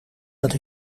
dat